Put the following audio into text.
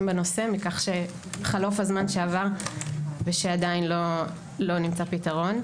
בנושא מחלוף הזמן שעבר ושעדיין לא נמצא פתרון.